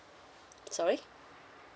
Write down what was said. sorry